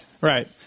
right